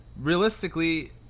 realistically